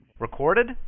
Recorded